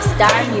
Star